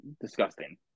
disgusting